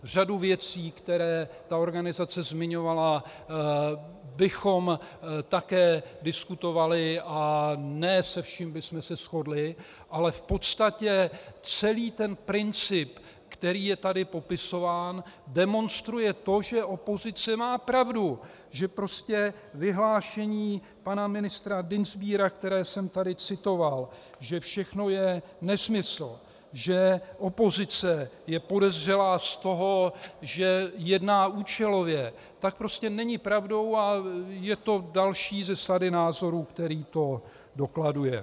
Řadu věcí, které ta organizace zmiňovala, bychom také diskutovali a ne ve všem bychom se shodli, ale v podstatě celý ten princip, který je tady popisován, demonstruje to, že opozice má pravdu, že prostě vyhlášení pana ministra Dienstbiera, které jsem tady citoval, že všechno je nesmysl, že opozice je podezřelá z toho, že jedná účelově, prostě není pravdou, a je to další ze sady názorů, který to dokladuje.